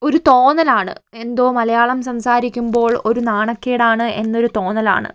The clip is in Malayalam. ഒരു തോന്നലാണ് എന്തോ മലയാളം സംസാരിക്കുമ്പോൾ ഒരു നാണക്കേടാണ് എന്നൊരു തോന്നലാണ്